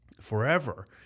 forever